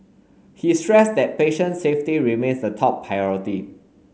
he stressed that patient safety remains the top priority